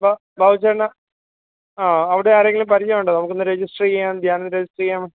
ബാബു ചേട്ടന് ആ അവിടെ ആരെയെങ്കിലും പരിചയം ഉണ്ടോ നമുക്കൊന്ന് രജിസ്റ്റർ ചെയ്യാൻ ധ്യാനം രജിസ്റ്റർ ചെയ്യാം